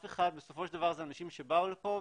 בסופו של דבר, זה אנשים שבאו לפה.